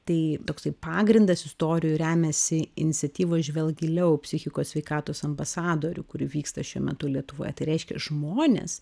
tai toksai pagrindas istorijų remiasi iniciatyvos žvelk giliau psichikos sveikatos ambasadorių kur vyksta šiuo metu lietuvoje tai reiškia žmonės